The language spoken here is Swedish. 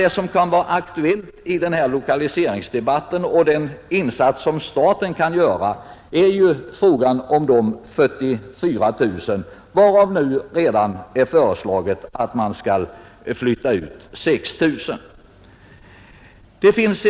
De som kan vara aktuella i den här lokaliseringsdebatten — den sektor där staten kan göra en insats — är ju de 44 000 i central verksamhet, av vilka redan nu 6 000 föreslås bli utflyttade.